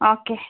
okay